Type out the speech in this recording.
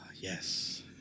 Yes